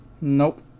Nope